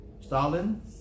Stalin